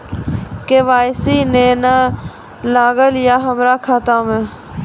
KYC ने न लागल या हमरा खाता मैं?